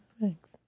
Thanks